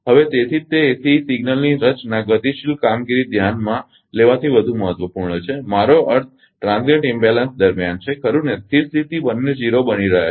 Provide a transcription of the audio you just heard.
હવે તેથી જ તે એસીઇ સિગ્નલની રચના ગતિશીલ કામગીરી ધ્યાનમાં લેવાથી વધુ મહત્વપૂર્ણ છે મારો અર્થ ક્ષણિક અસંતુલન દરમિયાન છે ખરુ ને સ્થિર સ્થિતિ બંને 0 બની રહયા છે